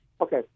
Okay